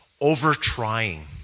over-trying